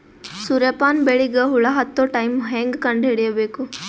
ಸೂರ್ಯ ಪಾನ ಬೆಳಿಗ ಹುಳ ಹತ್ತೊ ಟೈಮ ಹೇಂಗ ಕಂಡ ಹಿಡಿಯಬೇಕು?